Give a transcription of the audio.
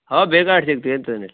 ಹಾಂ ಬೇಕಾದಷ್ಟು ಸಿಗ್ತು ಏನೂ ತೊಂದ್ರೆ ಇಲ್ಲ